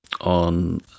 on